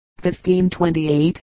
1528